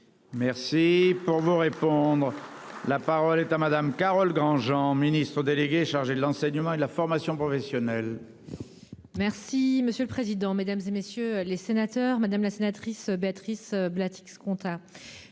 Merci pour vous répondre. La parole est à Madame. Carole Granjean, ministre déléguée chargée de l'enseignement et la formation professionnelle. Merci monsieur le président, Mesdames, et messieurs les sénateurs, madame la sénatrice Béatrice blattes